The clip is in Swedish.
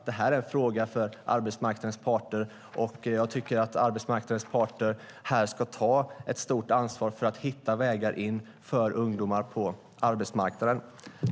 Det här är en fråga för arbetsmarknadens parter, och jag tycker att arbetsmarknadens parter ska ta ett stort ansvar för att hitta vägar in för ungdomar på arbetsmarknaden.